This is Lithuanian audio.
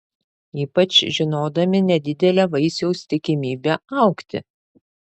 ypač žinodami nedidelę vaisiaus tikimybę augti